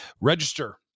Register